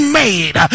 made